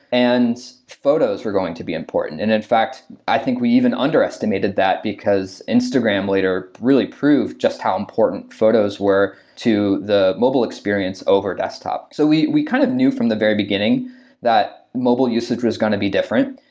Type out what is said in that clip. and photos were going to be important. and in fact, i think we even underestimated that, because instagram later really proved just how important photos were to the mobile experience over desktop. so, we we kind of knew from the very beginning that mobile usage was going to be different,